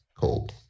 cold